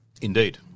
Indeed